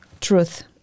Truth